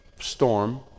storm